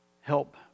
help